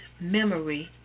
memory